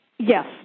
Yes